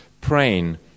praying